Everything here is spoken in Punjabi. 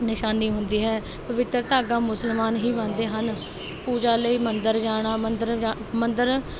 ਨਿਸ਼ਾਨੀ ਹੁੰਦੀ ਹੈ ਪਵਿੱਤਰ ਧਾਗਾ ਮੁਸਲਮਾਨ ਹੀ ਬੰਨ੍ਹਦੇ ਹਨ ਪੂਜਾ ਲਈ ਮੰਦਰ ਜਾਣਾ ਮੰਦਰ ਜਾ ਮੰਦਰ